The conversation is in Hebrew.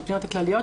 בפניות הכלליות,